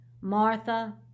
Martha